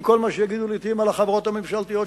עם כל מה שיגידו לעתים על החברות הממשלתיות,